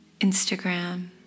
Instagram